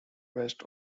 west